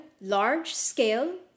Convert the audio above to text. large-scale